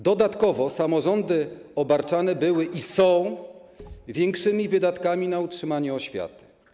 Dodatkowo samorządy obarczane były, i są, większymi wydatkami na utrzymanie oświaty.